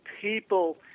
people